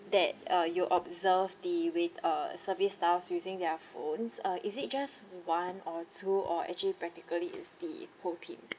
that uh you observe the wai~ uh service styles using their phones uh is it just one or two or actually practically is the whole team